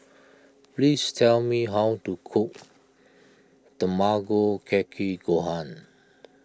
please tell me how to cook Tamago Kake Gohan